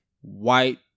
white